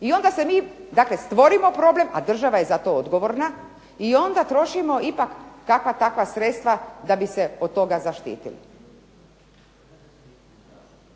I onda se mi, dakle stvorimo problem, a država je za to odgovorna, i onda trošimo ipak kakva, takva sredstva da bi se od toga zaštitili.